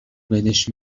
بدش